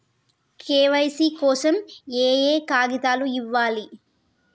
KYC కోసం ఏయే కాగితాలు ఇవ్వాలి?